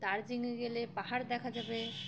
দার্জিলিংয়ে গেলে পাহাড় দেখা যাবে